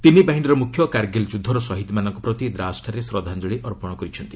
ତିନି ବାହିନୀର ମୁଖ୍ୟ କାର୍ଗିଲ ଯୁଦ୍ଧର ସହିଦମାନଙ୍କ ପ୍ରତି ଦ୍ରାସ୍ଠାରେ ଶ୍ରଦ୍ଧାଞ୍ଜଳି ଅର୍ପଣ କରିଛନ୍ତି